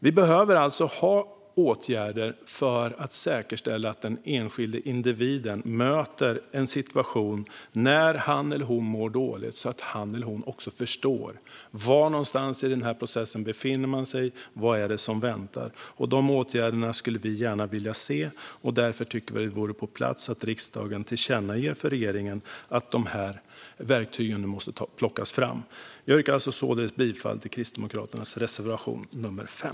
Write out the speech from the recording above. Det behöver alltså vidtas åtgärder för att vi ska kunna säkerställa att den enskilde individen ställs inför en situation när han eller hon mår dåligt som gör att han eller hon förstår var i processen man befinner sig och vad det är som väntar. De åtgärderna skulle vi kristdemokrater gärna vilja se och tycker därför att det vore på sin plats att riksdagen tillkännager för regeringen att dessa verktyg måste plockas fram. Jag yrkar således bifall till Kristdemokraternas reservation nr 5.